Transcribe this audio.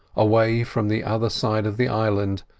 away from the other side of the island,